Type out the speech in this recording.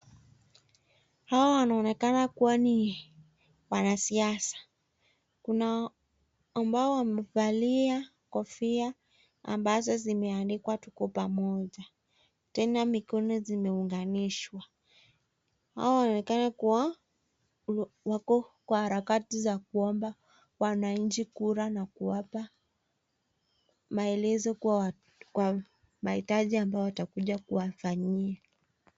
Hawa wanaonekana kuwa ni wanasiasa. Kuna ambao wamevalia kofia ambazo zimeandikwa "Tuko Pamoja." Tena mikono zimeunganishwa. Hawa wanaonekana kuwa wako kwa harakati za kuomba wananchi kura na kuwapa maelezo kuwa mahitaji ambayo watakuja kuwafanyia.